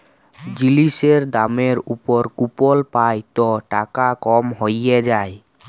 জিলিসের দামের উপর কুপল পাই ত টাকা কম হ্যঁয়ে যায়